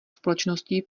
společností